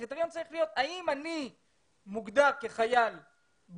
אלא הקריטריון צריך להיות האם אני מוגדר כחייל בודד,